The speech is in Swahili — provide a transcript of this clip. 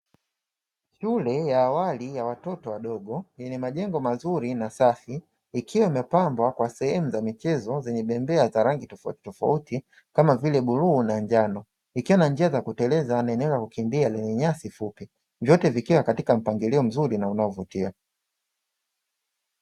Shule ya awali ya watoto wadogo yenye majengo mazuri na safi, ikiwa imepambwa kwa sehemu zenye michezo ya bembea za rangi tofautitofauti kama vile bluu na njano, ikiwa na njia za kuteleza na eneo la kukimbia lenye nyasi fupi, vyote vikiwa katika mpangilio mzuri na unao vutia.